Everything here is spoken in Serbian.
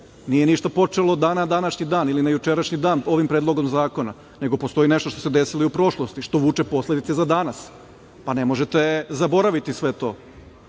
Nije ništa počelo na današnji dan ili na jučerašnji dan ovim predlogom zakona, nego postoji nešto što se desilo i u prošlosti, što vuče posledice za danas. Ne možete zaboraviti sve